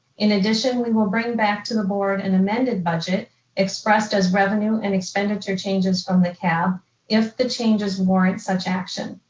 in addition, we will bring back to the board an and amended budget expressed as revenue and expenditure changes from the cab if the changes warrant such action.